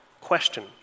question